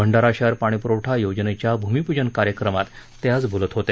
भंडारा शहर पाणीपुरवठा योजनेच्या भूमिपूजन कार्यक्रमात ते आज बोलत होते